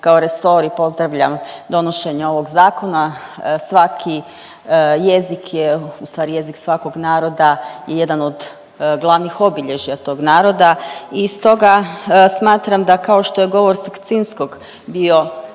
kao resor i pozdravljam donošenje ovog Zakona. Svaki jezik je, ustvari jezik svakog naroda je jedan od glavnih obilježja tog naroda i stoga smatram da, kao što je govor Sakcinskog bio